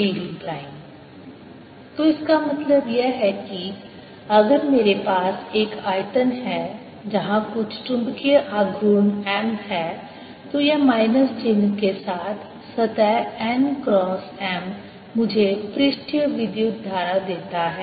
Mr×1r rdV Mrr rdVMrr rdV तो इसका मतलब यह है कि अगर मेरे पास एक आयतन है जहां कुछ चुंबकीय आघूर्ण M है तो माइनस चिह्नन के साथ सतह n क्रॉस m मुझे पृष्ठीय विद्युत धारा देता है